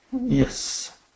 Yes